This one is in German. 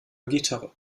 gitarre